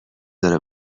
داره